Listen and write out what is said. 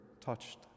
touched